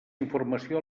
informació